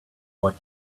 what